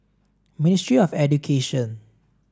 Ministry of Education